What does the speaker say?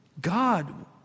God